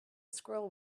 squirrel